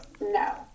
No